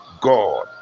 god